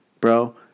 bro